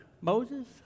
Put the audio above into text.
Moses